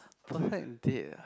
perfect date ah